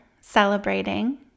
celebrating